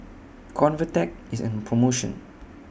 Convatec IS on promotion